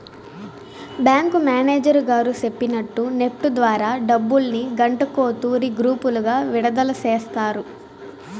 bank manager గారు సెప్పినట్టు NEFT ద్వారా డబ్బుల్ని గంటకో తూరి గ్రూపులుగా విడదల సేస్తారు